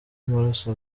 amaraso